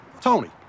Tony